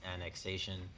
annexation